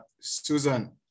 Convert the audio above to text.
Susan